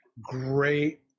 great